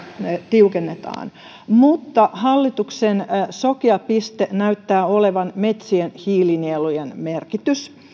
tiukennetaan mutta hallituksen sokea piste näyttää olevan metsien hiilinielujen merkitys